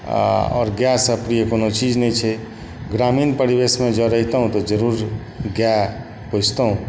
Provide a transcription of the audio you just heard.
आओर आओर गाइ सन प्रिय कोनो चीज नहि छै ग्रामीण परिवेशमे जँ रहितहुँ तऽ जरूर गाइ पोसितहुँ